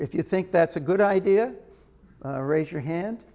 if you think that's a good idea raise your hand